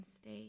stay